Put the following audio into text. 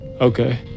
Okay